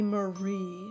Marie